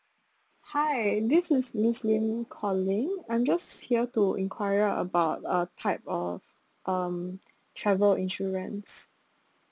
hi this is miss lim calling I'm just here to inquire about uh type of um travel insurance